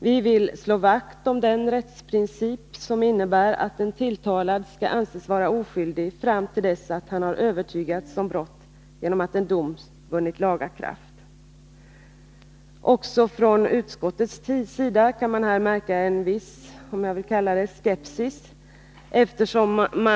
Vi vill slå vakt om den rättsprincip som innebär att en tilltalad skall anses vara oskyldig fram till dess att han har överbevisats om brott genom att en dom vunnit laga kraft. Också från utskottets sida kan man här märka en viss, vill jag kalla det, skepsis.